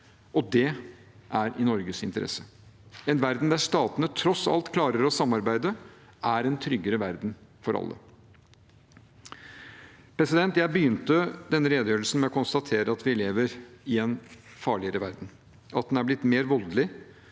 og det er i Norges interesse. En verden der statene tross alt klarer å samarbeide, er en tryggere verden for alle. Jeg begynte denne redegjørelsen med å konstatere at vi lever i en farligere verden, at den har blitt mer voldelig,